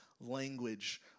language